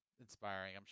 inspiring